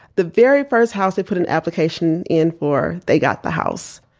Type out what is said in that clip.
the very first house they put an application in for, they got the house.